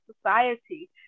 society